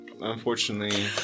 unfortunately